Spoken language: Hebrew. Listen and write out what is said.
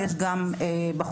אבל יש גם בחורים,